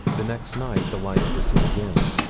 the next night the lights were seen again.